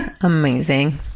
Amazing